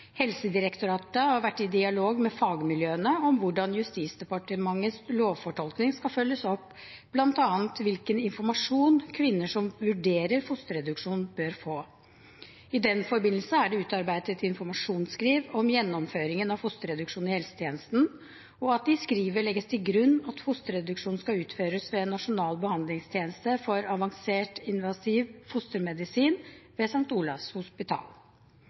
Helsedirektoratet har vært i dialog med fagmiljøene om hvordan Justisdepartementets lovfortolkning skal følges opp, bl.a. hvilken informasjon kvinner som vurderer fosterreduksjon, bør få. I den forbindelse er det utarbeidet et informasjonsskriv om gjennomføringen av fosterreduksjon i helsetjenesten, og i skrivet legges det til grunn at fosterreduksjon skal utføres ved Nasjonal behandlingstjeneste for avansert invasiv fostermedisin ved St. Olavs hospital.